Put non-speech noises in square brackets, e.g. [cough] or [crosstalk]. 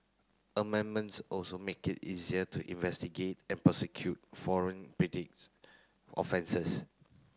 amendments also make it easier to investigate and prosecute foreign [unintelligible] offences